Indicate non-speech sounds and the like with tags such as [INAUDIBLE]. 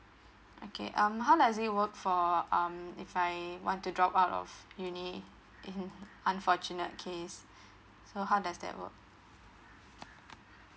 okay um how does it work for um if I want to drop out of uni in [LAUGHS] unfortunate case so how does that work